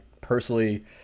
personally